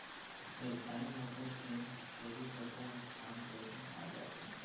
alpine नसल के छेरी बोकरा ह फ्रांस देश म पाए जाथे